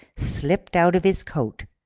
slipped out of his coat,